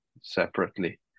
separately